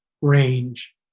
range